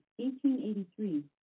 1883